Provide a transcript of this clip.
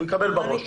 הוא יקבל בראש.